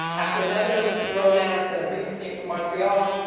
after another illicit romance and a brief escape to montreal,